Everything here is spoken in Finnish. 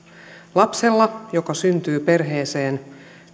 lapsella joka syntyy perheeseen